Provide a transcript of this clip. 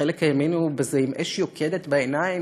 חלק האמינו בזה עם אש יוקדת בעיניים